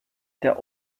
der